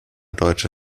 deutsche